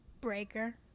Breaker